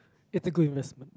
it's a good investment